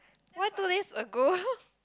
why two days ago